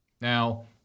Now